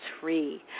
free